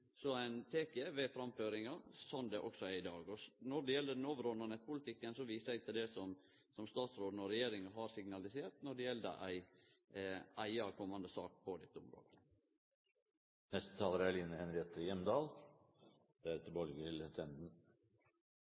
ein tek ved framføringa, sånn det òg er i dag. Når det gjeld den overordna nettpolitikken, viser eg til det som statsråden og regjeringa har signalisert om ei eiga komande sak på dette